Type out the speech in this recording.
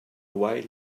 away